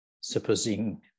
Supposing